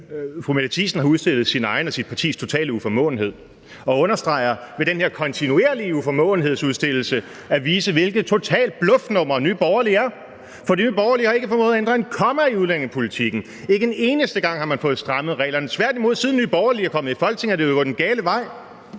Fru Mette Thiesen har udstillet sin egen og sit partis totale uformåenhed, og ved kontinuerligt at udstille uformåenheden understreger man og viser, hvilket totalt bluffnummer Nye Borgerlige er, for Nye Borgerlige har ikke formået at ændre et komma i udlændingepolitikken, ikke en eneste gang har man fået strammet reglerne. Det er tværtimod sådan, at siden Nye Borgerlige er kommet i Folketinget, er det jo gået den gale vej,